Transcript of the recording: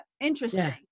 Interesting